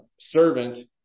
servant